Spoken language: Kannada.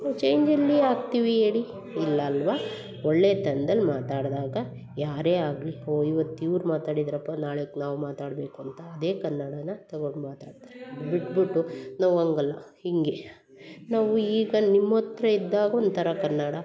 ನೀವು ಚೇಂಜ್ ಎಲ್ಲಿ ಆಗ್ತೀವಿ ಹೇಳಿ ಇಲ್ಲ ಅಲ್ವ ಒಳ್ಳೆತನ್ದಲ್ಲಿ ಮಾತಾಡಿದಾಗ ಯಾರೇ ಆಗಲಿ ಹೋ ಈವತ್ತು ಇವ್ರು ಮಾತಾಡಿದರಪ್ಪ ನಾಳೆಗೆ ನಾವು ಮಾತಾಡಬೇಕು ಅಂತ ಅದೇ ಕನ್ನಡನ ತಗೊಂಡು ಮಾತಾಡ್ತಾರೆ ಅದನ್ನ ಬಿಟ್ಬಿಟ್ಟು ನಾವು ಹಂಗಲ್ಲ ಹೀಗೆ ನಾವು ಈಗ ನಿಮ್ಮ ಹತ್ರ ಇದ್ದಾಗ ಒಂಥರ ಕನ್ನಡ